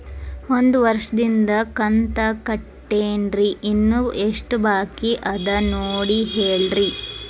ಒಂದು ವರ್ಷದಿಂದ ಕಂತ ಕಟ್ಟೇನ್ರಿ ಇನ್ನು ಎಷ್ಟ ಬಾಕಿ ಅದ ನೋಡಿ ಹೇಳ್ರಿ